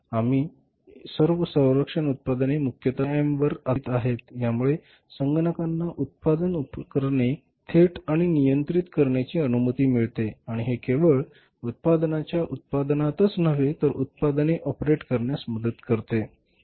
आपली सर्व संरक्षण उत्पादने मुख्यत सीएएमवर आधारित आहेत यामुळे संगणकांना उत्पादन उपकरणे थेट आणि नियंत्रित करण्याची अनुमती मिळते आणि हे केवळ उत्पादनांच्या उत्पादनातच नव्हे तर उत्पादने ऑपरेट करण्यास मदत करते